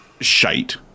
Shite